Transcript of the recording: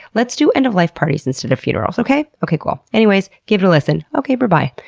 let's do end-of-life parties instead of funerals, okay? okay, cool. anyways, give it a listen. okay, berbye.